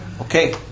okay